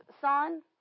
son